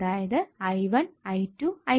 അതായത് i1 i2 i3